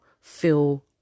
feel